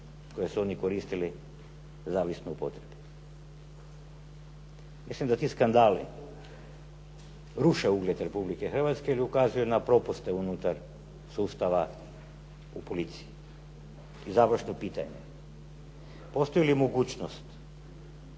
koje su oni koristili zavisno o potrebi. Mislim da ti skandali ruše ugled Republike Hrvatske ili ukazuju na propuste unutar sustava u policiji. I završno pitanje. Postoji li mogućnost